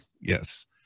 Yes